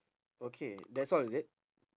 okay that's all is it